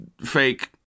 fake